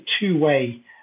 two-way